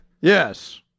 Yes